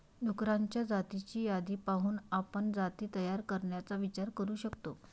डुक्करांच्या जातींची यादी पाहून आपण जाती तयार करण्याचा विचार करू शकतो